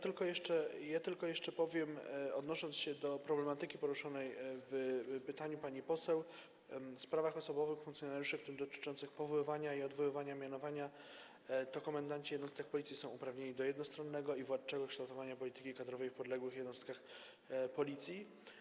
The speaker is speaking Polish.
Tylko jeszcze powiem, odnosząc się do problematyki poruszonej w pytaniu pani poseł, jeśli chodzi o sprawy osobowe funkcjonariuszy, w tym dotyczące powoływania i odwoływania, mianowania - to komendanci jednostek Policji są uprawnieni do jednostronnego i władczego kształtowania polityki kadrowej w podległych jednostkach Policji.